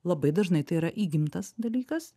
labai dažnai tai yra įgimtas dalykas